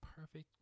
perfect